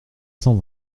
cent